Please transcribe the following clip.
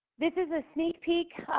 this is a sneak peek.